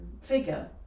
Figure